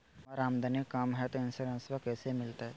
हमर आमदनी कम हय, तो इंसोरेंसबा कैसे मिलते?